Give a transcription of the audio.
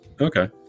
Okay